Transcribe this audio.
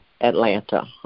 Atlanta